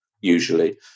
usually